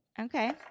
Okay